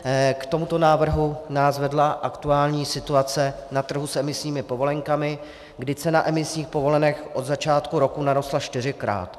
K tomuto návrhu nás vedla aktuální situace na trhu s emisními povolenkami, kdy cena emisních povolenek od začátku roku narostla čtyřikrát.